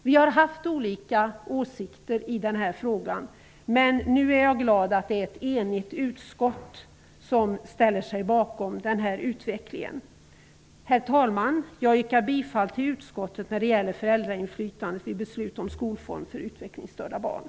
Vi har haft olika åsikter i frågan. Men nu är jag glad att det är ett enigt utskott som ställer sig bakom denna utveckling. Herr talman! Jag yrkar bifall till utskottets hemställan när det gäller föräldrainflytandet vid beslut om skolform för utvecklingsstörda barn.